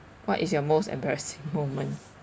what is your most embarrassing moment